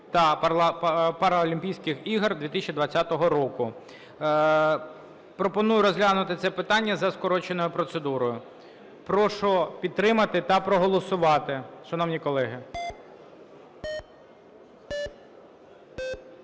та Паралімпійських ігор 2020 року. Пропоную розглянути це питання за скороченою процедурою. Прошу підтримати та проголосувати, шановні колеги. 11:43:57